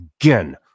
again